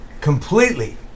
completely